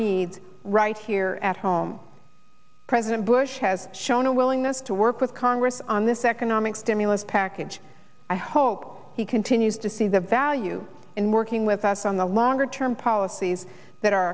needs right here at home president bush has shown a willingness to work with congress on this economic stimulus package i hope he continues to see the value in working with us on the longer term policies that our